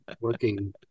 working